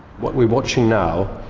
what we're watching now,